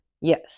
Yes